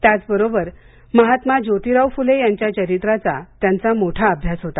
त्याच बरोबर महात्मा ज्योतीराव फुले यांच्या चरित्राचा त्यांचा मोठा अभ्यास होता